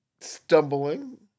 stumbling